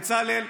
בצלאל,